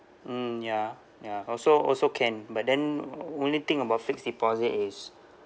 mm ya ya also also can but then only thing about fixed deposit is